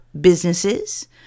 businesses